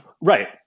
right